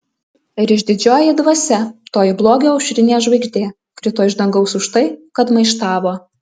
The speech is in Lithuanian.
ir išdidžioji dvasia toji blogio aušrinė žvaigždė krito iš dangaus už tai kad maištavo